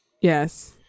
Yes